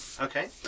Okay